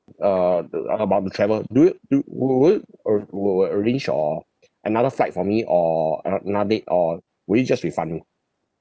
uh the uh about to travel do you do w~ would you or will uh arrange or another flight for me or anot~ another date or will you just refund me